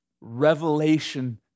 revelation